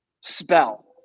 spell